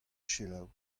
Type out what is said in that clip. selaou